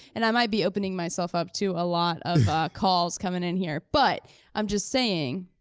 and i might be opening myself up to a lot of calls coming in here, but i'm just saying,